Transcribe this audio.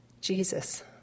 Jesus